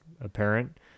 apparent